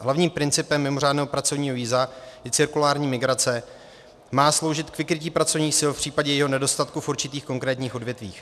Hlavním principem mimořádného pracovního víza je cirkulární migrace, má sloužit k vykrytí pracovních sil v případě jejich nedostatku v určitých konkrétních odvětvích.